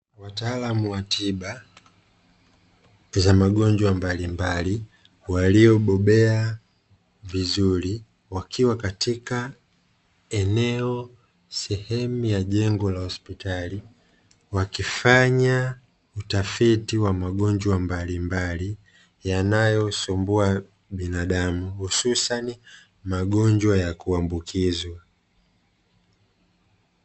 Wataalamu wa tiba za magonjwa mbalimbali waliobobea vizuri wakiwa katika eneo sehemu ya jengo la hospitali, wakifanya utafiti wa magonjwa mbalimbali yanayosumbua binadamu hususani magonjwa ya kuambukizwa.